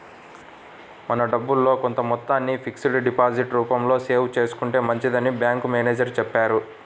మన డబ్బుల్లో కొంత మొత్తాన్ని ఫిక్స్డ్ డిపాజిట్ రూపంలో సేవ్ చేసుకుంటే మంచిదని బ్యాంకు మేనేజరు చెప్పారు